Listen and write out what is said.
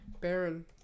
Baron